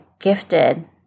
gifted